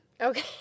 Okay